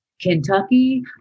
Kentucky